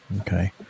okay